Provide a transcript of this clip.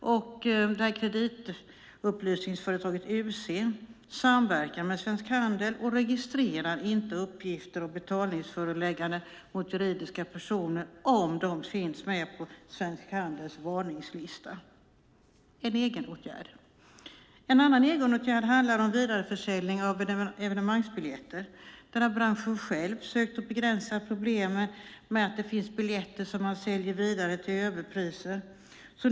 Kreditupplysningsföretaget UC samverkar med Svensk Handel och registrerar inte uppgifter om betalningsförelägganden mot juridiska personer om de finns med på Svensk Handels varningslista - en egenåtgärd. Ytterligare en egenåtgärd handlar om vidareförsäljning av evenemangsbiljetter. Där har branschen själv sökt att begränsa problemen med att biljetter säljs vidare till överpriser.